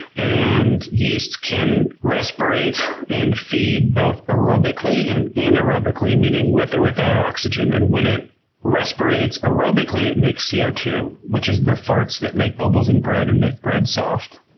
and yeast can respirate and feed both aerobically and anaerobically, meaning with or without oxygen. and when it respirates aerobically, it makes c o two, which is the farts that make bubbles and bread and make bread soft.